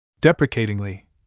Deprecatingly